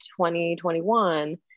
2021